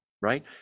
right